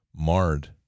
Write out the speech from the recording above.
marred